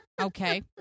Okay